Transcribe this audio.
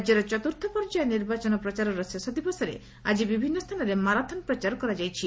ରାଜ୍ୟର ଚତୁର୍ଥ ପର୍ଯ୍ୟାୟ ନିର୍ବାଚନ ପ୍ରଚାରର ଶେଷ ଦିବସରେ ଆଜି ବିଭିନ୍ନ ସ୍ଥାନରେ ମାରାଥନ ପ୍ରଚାର କରାଯାଇଛି